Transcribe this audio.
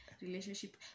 Relationship